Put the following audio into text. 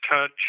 touch